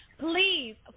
Please